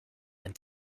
ein